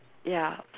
ya